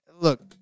Look